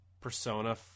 persona